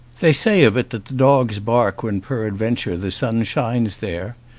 they say of it that the dogs bark when peradventure the sun shines there.